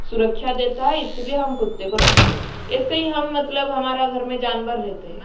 सुरक्षा देता है इसलिए हम कुत्ते को रखते हे ऐसे ही हम मतलब हमारा घर में जानवर रहता है